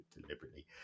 deliberately